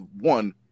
one